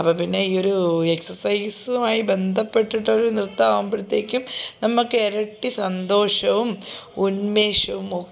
അപ്പം പിന്നെ ഈയൊരു എക്സസൈസുമായി ബന്ധപ്പെട്ടിട്ടൊരു നൃത്തമാകുമ്പഴത്തേക്കും നമുക്ക് ഇരട്ടി സന്തോഷവും ഉന്മേഷവുമൊക്കെ